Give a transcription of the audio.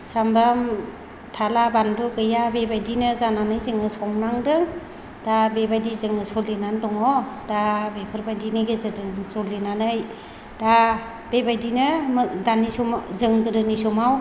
सामब्राम थाला बानलु गैया बेबायदिनो जानानै जोङो संनांदों दा बेबायदि जोङो सोलिनानै दङ दा बेफोरबायदिनि गेजेरजों जों सोलिनानै दा बेबायदिनो दानि समाव जों गोदोनि समाव